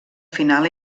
final